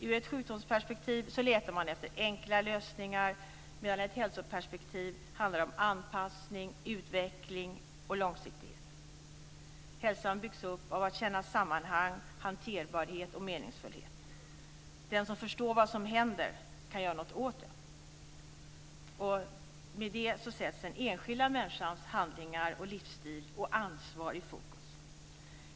Ur ett sjukdomsperspektiv letar man efter enkla lösningar medan det i ett hälsoperspektiv handlar om anpassning, utveckling och långsiktighet. Hälsan byggs upp genom att man känner sammanhang, hanterbarhet och meningsfullhet. Den som förstår vad som händer kan göra någonting åt det. Med det sätts den enskilda människans handlingar, livsstil och ansvar i fokus.